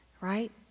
right